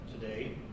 today